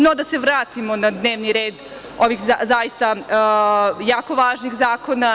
No, da se vratimo na dnevni red ovih zaista jako važnih zakona.